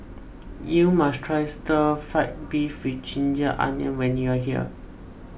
you must try Stir Fry Beef with Ginger Onions when you are here